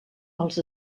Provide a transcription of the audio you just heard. els